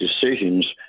decisions